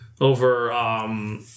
over